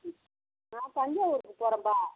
ம் நான் தஞ்சாவூருக்கு போகறேன்ப்பா